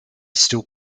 still